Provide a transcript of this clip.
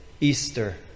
Easter